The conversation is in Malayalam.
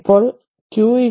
ഇപ്പോൾ ആ q c v